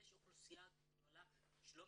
אבל יש אוכלוסייה גדולה שלא